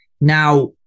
Now